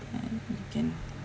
and we can